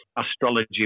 astrology